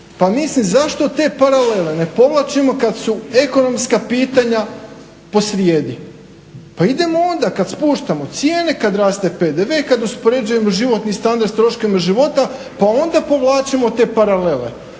pa mislim zašto te paralele ne povlačimo kad su ekonomska pitanja posrijedi. Pa idemo onda kad spuštamo cijene, kad raste PDV, kad uspoređujemo životni standard s troškovima života pa onda povlačimo te paralele.